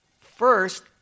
first